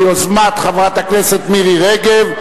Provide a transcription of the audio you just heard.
ביוזמת חברת הכנסת מירי רגב.